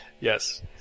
Yes